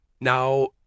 now